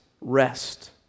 rest